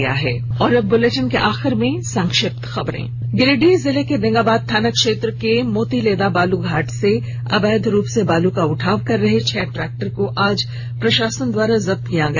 कप्तान विराट कोहली ने तिरसठ रन बनाए संक्षिप्त खबरें गिरिडीह जिले के बेंगाबाद थाना क्षेत्र के मोतीलेदा बालू घाट से अवैध रूप से बालू का उठाव कर रहे छह ट्रैक्टर को आज प्रशासन द्वारा जब्त किया गया